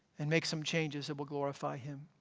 and make some changes that will glorify him.